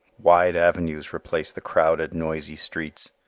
wide avenues replace the crowded, noisy streets.